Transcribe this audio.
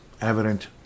evident